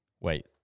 Wait